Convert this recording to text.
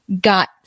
got